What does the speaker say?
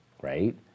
right